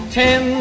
ten